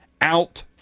out